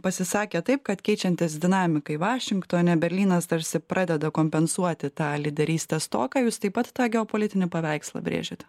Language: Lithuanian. pasisakė taip kad keičiantis dinamikai vašingtone berlynas tarsi pradeda kompensuoti tą lyderystės stoką jūs taip pat tą geopolitinį paveikslą brėžiate